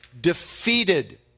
defeated